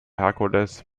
hercules